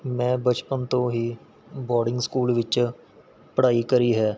ਮੈਂ ਬਚਪਨ ਤੋਂ ਹੀ ਬੌਰਡਿੰਗ ਸਕੂਲ ਵਿੱਚ ਪੜ੍ਹਾਈ ਕਰੀ ਹੈ